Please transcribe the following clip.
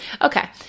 okay